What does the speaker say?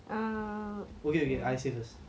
I remember one time your friends all